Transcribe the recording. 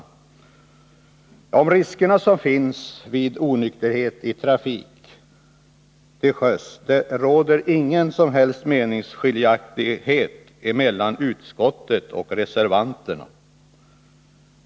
Beträffande de risker som finns vid onykterhet i trafik till sjöss råder ingen meningsskiljaktighet mellan utskottet och reservanterna.